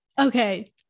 Okay